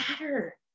matter